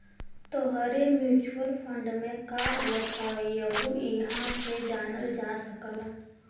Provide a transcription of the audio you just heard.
तोहरे mutual fund में का होत हौ यहु इहां से जानल जा सकला